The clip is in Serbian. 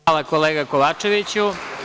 Hvala, kolega Kovačeviću.